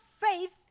faith